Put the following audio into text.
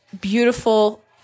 beautiful